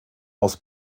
aus